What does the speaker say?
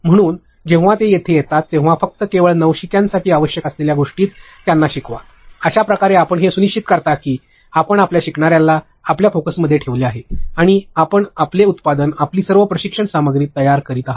म्हणूनच जेव्हा ते येथे येतात तेव्हा फक्त केवळ नवशिक्यांसाठी आवश्यक असलेल्या गोष्टीच त्यांना शिकवा अशाप्रकारे आपण हे सुनिश्चित करता की आपण आपल्या शिकणार्याला आपल्या फोकसमध्ये ठेवले आहे आणि आपण आपले उत्पादन आपली सर्व प्रशिक्षण सामग्री तयार करीत आहात